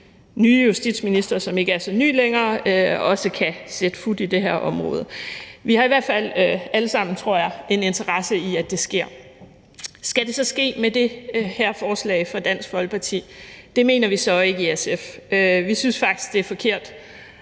nye justitsminister, som ikke er så ny længere, også kan sætte fut i det her område. Vi har i hvert fald alle sammen, tror jeg, en interesse i, at det sker. Skal det så ske med det her forslag fra Dansk Folkeparti? Det mener vi så ikke i SF. Vi synes faktisk, det er forkert